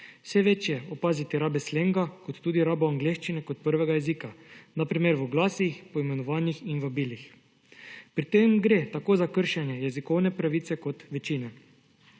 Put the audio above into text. Vse večje opaziti rabe slenga kot tudi rabo angleščine kot prvega jezika, na primer v oglasil, poimenovanjih in vabilih. Pri tem gre tako za kršenje jezikovne pravice kot večine.